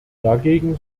dagegen